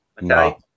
No